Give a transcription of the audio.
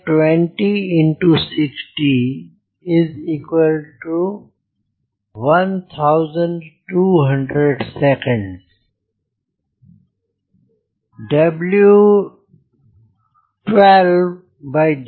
climb के लिए 0985